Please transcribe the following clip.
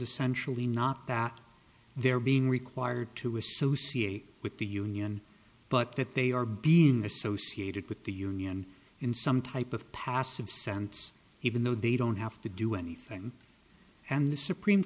essentially not that they're being required to associate with the union but that they are being associated with the union in some type of passive sense even though they don't have to do anything and the supreme